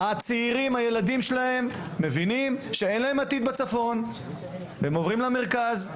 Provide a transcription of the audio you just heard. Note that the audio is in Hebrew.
הילדים והצעירים שלהם מבינים שאין להם עתיד בצפון והם עוברים למרכז.